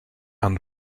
and